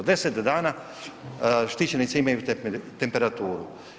10 dana štićenici imaju temperaturu.